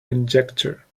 conjecture